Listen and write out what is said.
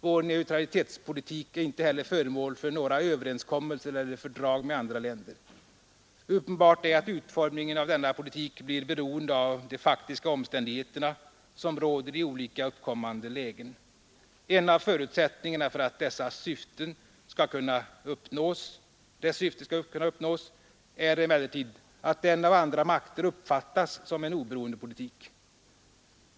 Vår neutralitetspolitik är inte heller föremål för några överenskommelser eller fördrag med andra länder. Uppenbart är att utformningen av denna politik blir beroende av de faktiska omständigheter, som råder i olika uppkommande lägen. En av förutsättningarna för att dess syfte skall kunna uppnås är emellertid att den av andra makter uppfattas som en oberoende politik.